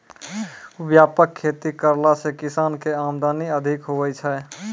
व्यापक खेती करला से किसान के आमदनी अधिक हुवै छै